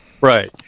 Right